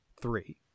three